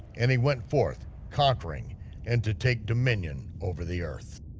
and he went forth conquering and to take dominion over the earth.